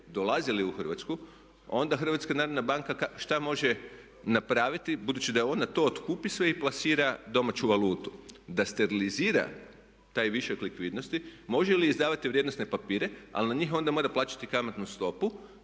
dolazili u Hrvatsku onda HNB što može napraviti, budući da ona to otkupi to sve i plasira domaću valutu, da sterilizira taj višak likvidnosti može li izdavati vrijednosne papire? Ali na njih onda mora plaćati kamatnu stopu.